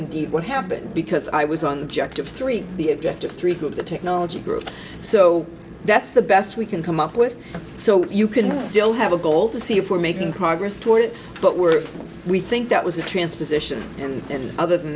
indeed what happened because i was on the jack of three the objective three of the technology group so that's the best we can come up with so you can still have a goal to see if we're making progress toward it but we're we think that was the transposition and then other than